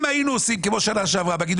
אם היינו לוקחים מה?